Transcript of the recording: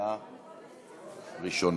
בקריאה ראשונה.